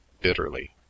bitterly